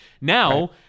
Now